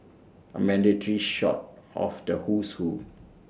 A mandatory shot of the Who's Who